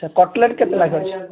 ଆଚ୍ଛା କଟଲେଟ୍ କେତେ ଲାଖେ ଅଛି